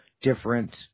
different